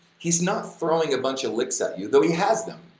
he's not throwing a bunch of licks at you, though he has them,